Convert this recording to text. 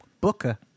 Booker